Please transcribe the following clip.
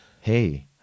hey